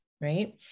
right